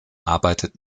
arbeitet